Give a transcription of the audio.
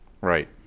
Right